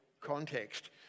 context